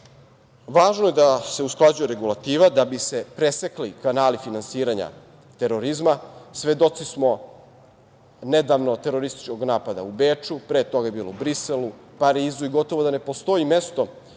način. Važno je da se usklađuje regulativa da bi se presekli kanali finansiranja terorizma. Svedoci smo nedavnog terorističkog napada u Beču, pre toga je bilo u Briselu, Parizu i gotovo da ne postoji mesto